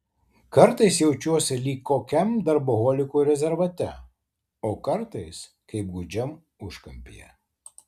kartais jaučiuosi lyg kokiam darboholikų rezervate o kartais kaip gūdžiam užkampyje